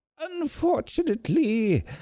Unfortunately